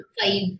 five